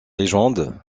légende